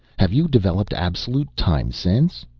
have you developed absolute time sense?